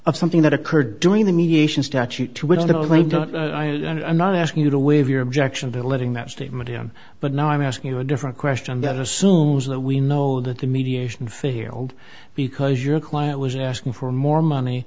of something that occurred during the mediation statute to which i'm not asking you to waive your objection to letting that statement him but now i'm asking you a different question that assumes that we know that the mediation fair here hold because your client was asking for more money